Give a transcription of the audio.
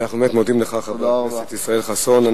אנחנו באמת מודים לך, חבר הכנסת ישראל חסון.